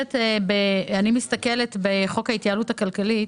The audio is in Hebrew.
מסתכלת בחוק ההתייעלות הכלכלית